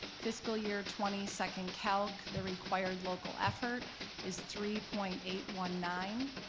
fiscal year twenty, second calc, the required local effort is three point eight one nine,